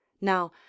now